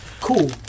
Cool